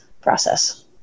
process